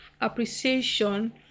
appreciation